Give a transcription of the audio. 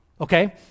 Okay